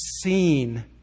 seen